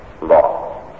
law